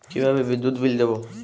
কিভাবে বিদ্যুৎ বিল দেবো?